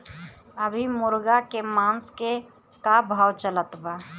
अभी मुर्गा के मांस के का भाव चलत बा?